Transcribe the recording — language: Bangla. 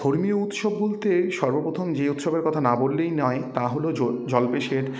ধর্মীয় উৎসব বলতে সর্বপ্রথম যে উৎসবের কথা না বললেই নয় তা হলো জল্পেশের